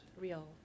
real